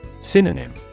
Synonym